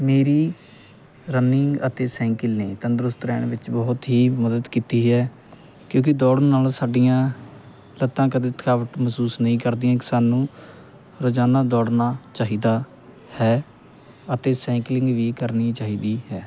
ਮੇਰੀ ਰਨਿੰਗ ਅਤੇ ਸਾਈਕਲਿੰਗ ਤੰਦਰੁਸਤ ਰਹਿਣ ਵਿੱਚ ਬਹੁਤ ਹੀ ਮਦਦ ਕੀਤੀ ਹੈ ਕਿਉਂਕਿ ਦੌੜਨ ਨਾਲ ਸਾਡੀਆਂ ਲੱਤਾਂ ਕਦੇ ਥਕਾਵਟ ਮਹਿਸੂਸ ਨਹੀਂ ਕਰਦੀਆਂ ਸਾਨੂੰ ਰੋਜ਼ਾਨਾ ਦੌੜਨਾ ਚਾਹੀਦਾ ਹੈ ਅਤੇ ਸਾਈਕਲਿੰਗ ਵੀ ਕਰਨੀ ਚਾਹੀਦੀ ਹੈ